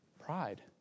pride